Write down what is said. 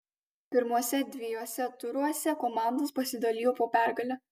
pirmuose dviejuose turuose komandos pasidalijo po pergalę